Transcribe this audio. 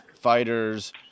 fighters